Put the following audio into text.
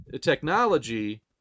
technology